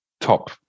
top